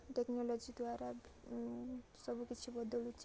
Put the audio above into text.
technology ଦ୍ୱାରା ସବୁକିଛି ବଦଳୁଛି